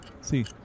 See